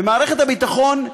ומערכת הביטחון,